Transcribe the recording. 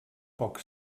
poc